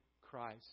Christ